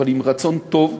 אבל עם רצון טוב.